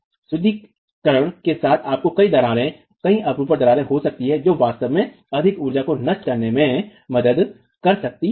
सुदृढीकरण के साथ आपको कई दरारें कई अपरूपण दरारें हो सकती हैं जो वास्तव में अधिक ऊर्जा को नष्ट करने में मदद कर सकती हैं